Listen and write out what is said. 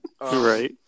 Right